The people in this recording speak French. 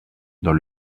dans